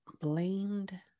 blamed